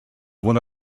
one